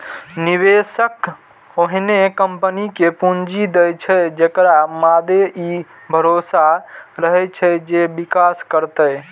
निवेशक ओहने कंपनी कें पूंजी दै छै, जेकरा मादे ई भरोसा रहै छै जे विकास करतै